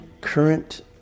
current